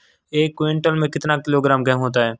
एक क्विंटल में कितना किलोग्राम गेहूँ होता है?